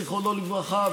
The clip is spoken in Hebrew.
זיכרונו לברכה,